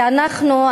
ואנחנו,